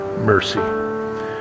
mercy